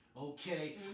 Okay